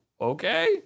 Okay